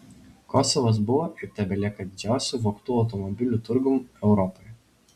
kosovas buvo ir tebelieka didžiausiu vogtų automobilių turgum europoje